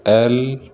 L